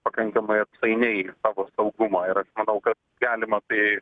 pakankamai atsainiai savo saugmą ir aš manau kad galima tai